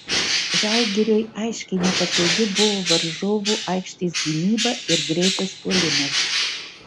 žalgiriui aiškiai nepatogi buvo varžovų aikštės gynyba ir greitas puolimas